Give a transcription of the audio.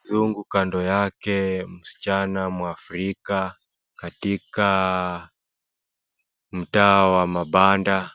Mzungu kando yake msichana mwafrika katika mtaa wa mabanda.